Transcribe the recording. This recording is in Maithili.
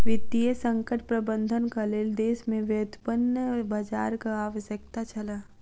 वित्तीय संकट प्रबंधनक लेल देश में व्युत्पन्न बजारक आवश्यकता छल